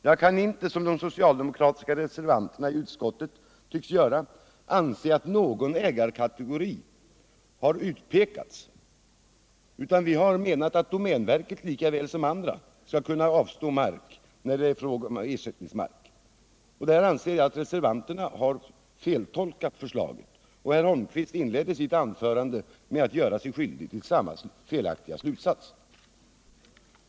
Jag kan inte, som de socialdemokratiska reservanterna i utskottet tycks göra, anse att någon ägarkategori har utpekats. Vi har menat att domänverket lika väl som andra skall avstå mark när det är fråga om ersättningsmark. Här anser jag att reservanterna har feltolkat förslaget. Eric Holmqvist inledde sitt anförande med att göra sig skyldig till samma felaktiga slutsats.